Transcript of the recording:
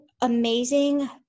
amazing